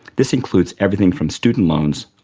this includes everything from student loans,